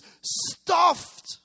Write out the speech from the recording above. stuffed